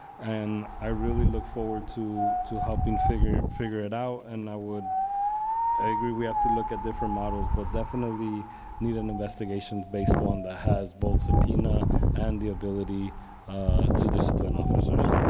and i really look forward to to helping figure figure it out and i would agree we have to look at different models, but definitely need an investigation based one that has both subpoena and the ability to discipline officers.